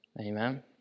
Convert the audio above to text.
Amen